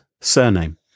surname